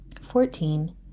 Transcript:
Fourteen